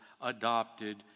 adopted